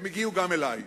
הם הגיעו גם אלי,